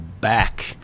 back